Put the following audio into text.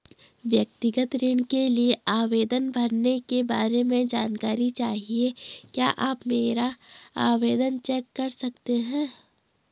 व्यक्तिगत ऋण के लिए आवेदन भरने के बारे में जानकारी चाहिए क्या आप मेरा आवेदन चेक कर सकते हैं?